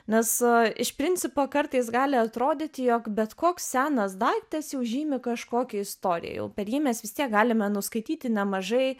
nes iš principo kartais gali atrodyti jog bet koks senas daiktas jau žymi kažkokią istoriją jau per jį mes vis tiek galime nuskaityti nemažai